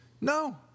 No